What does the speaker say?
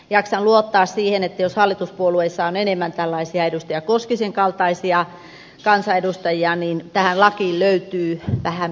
jaksan luottaa siihen että jos hallituspuolueissa on enemmän tällaisia edustaja koskisen kaltaisia kansanedustajia niin tähän lakiin löytyy vähän pehmeämpääkin puolta